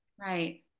Right